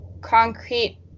concrete